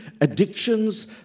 addictions